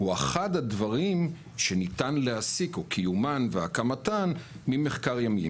קיומן והקמתן של שמורות ימיות הם אחד הדברים שניתן להסיק ממחקר ימי.